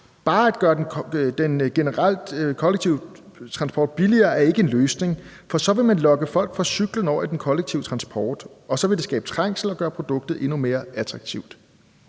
at gøre den kollektive transport billigere ikke er en løsning, fordi man så vil lokke folk fra cyklen og over i den kollektive transport, og det så vil skabe trængsel og gøre produktet endnu mindre attraktivt.